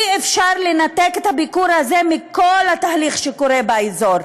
אי-אפשר לנתק את הביקור הזה מכל התהליך שקורה באזור.